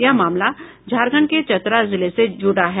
यह मामला झारखंड के चतरा जिले से जुड़ा है